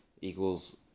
equals